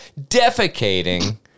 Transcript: defecating